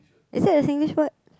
is that a Singlish word